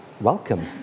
Welcome